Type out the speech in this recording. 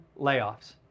layoffs